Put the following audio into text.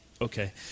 Okay